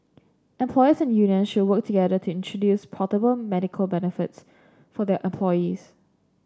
employers and union should work together to introduce portable medical benefits for their employees